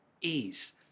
ease